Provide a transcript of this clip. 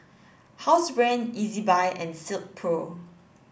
Housebrand Ezbuy and Silkpro